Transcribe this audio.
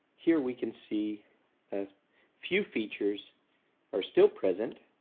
here we can see a few features are still present.